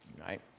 right